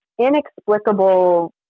inexplicable